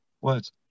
words